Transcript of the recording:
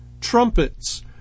trumpets